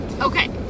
Okay